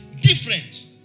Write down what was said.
Different